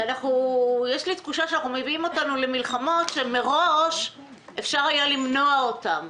יש לי תחושה שמביאים אותנו למלחמות שמראש אפשר היה למנוע אותן.